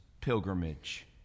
pilgrimage